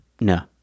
No